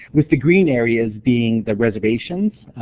with the green areas being the reservations,